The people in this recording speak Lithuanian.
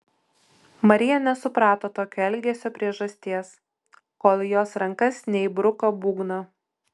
marija nesuprato tokio elgesio priežasties kol į jos rankas neįbruko būgno